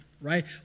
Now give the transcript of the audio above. right